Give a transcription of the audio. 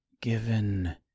Given